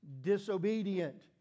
disobedient